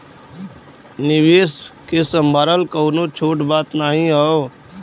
निवेस के सम्हारल कउनो छोट बात नाही हौ